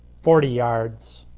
forty yards